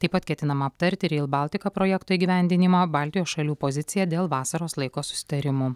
taip pat ketinama aptarti reil baltika projekto įgyvendinimą baltijos šalių poziciją dėl vasaros laiko susitarimų